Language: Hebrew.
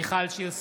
מיכל שיר סגמן,